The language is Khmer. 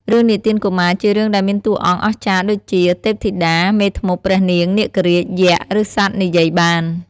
រឿងនិទានកុមារជារឿងដែលមានតួអង្គ អស្ចារ្យ ដូចជា ទេពធីតា មេធ្មប់ ព្រះនាង នាគរាជ យក្ស ឬសត្វនិយាយបាន ។